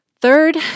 third